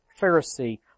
Pharisee